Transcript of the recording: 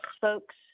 folks